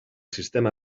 sistema